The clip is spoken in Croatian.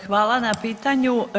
Hvala na pitanju.